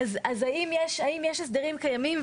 האם יש הסדרים קיימים,